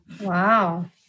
Wow